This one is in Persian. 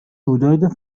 رویداد